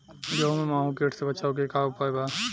गेहूँ में माहुं किट से बचाव के का उपाय बा?